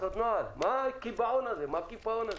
מה הקיפאון והקיבעון הזה.